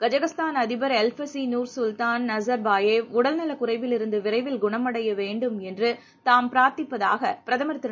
Kazakhstan அதிபர் Elbasy Nursultan Nazarbayev உடல்நலக் குறைவிலிருந்துவிரைவில் குணமடையவேண்டும் என்றுதமதுபிரார்த்திப்பதாகபிரதமர் திரு